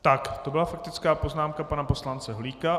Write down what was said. Tak, to byla faktická poznámka pana poslance Holíka.